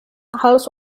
hals